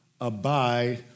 abide